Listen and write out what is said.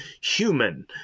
human